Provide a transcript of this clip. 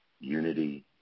unity